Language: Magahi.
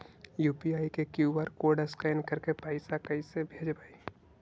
यु.पी.आई के कियु.आर कोड स्कैन करके पैसा कैसे भेजबइ?